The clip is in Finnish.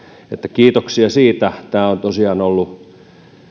kiitoksia siitä tämä on tosiaan ollut